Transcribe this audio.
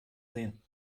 sehen